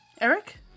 Eric